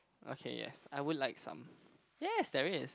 okay yes I would like some yes there is